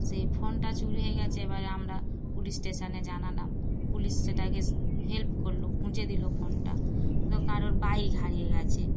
সেই ফোনটা চুরি হয়ে গিয়েছে এবারে আমরা পুলিশ স্টেশনে জানালাম পুলিশ সেটাকে হেল্প করল খুঁজে দিল ফোনটা ধরো কারোর বাইক হারিয়ে গিয়েছে